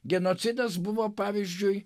genocidas buvo pavyzdžiui